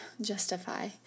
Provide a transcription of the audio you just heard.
justify